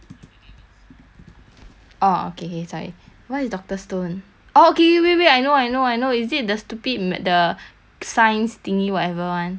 oh okay K sorry what is doctor stone oh K wait wait I know I know I know is it the stupid m~ the science thingy whatever [one]